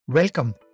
Welcome